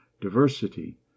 diversity